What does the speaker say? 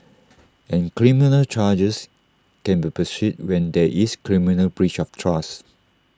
and criminal charges can be pursued when there is criminal breach of trust